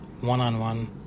one-on-one